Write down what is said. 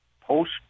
post